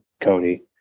Cody